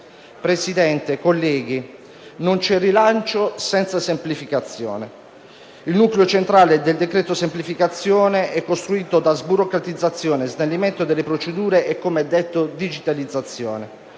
Presidente, colleghi, non c'è rilancio senza semplificazione. Il nucleo centrale del decreto semplificazioni è costituito da sburocratizzazione, snellimento delle procedure e, come detto, digitalizzazione.